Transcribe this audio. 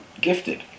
gifted